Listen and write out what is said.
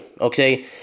okay